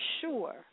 sure